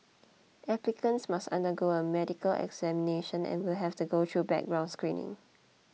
applicants must undergo a medical examination and will have to go through background screening